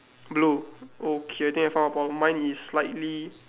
blue okay I think I found a problem mine is slightly